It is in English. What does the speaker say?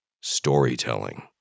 Storytelling